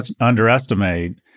underestimate